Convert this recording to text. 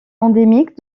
endémique